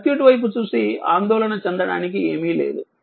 circuit వైపు చూసి ఆందోళన చెందడానికి ఏమీ లేదు